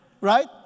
Right